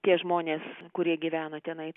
tie žmonės kurie gyvena tenai